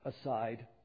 aside